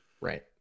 Right